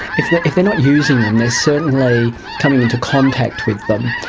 if they're if they're not using them they're certainly coming into contact with them,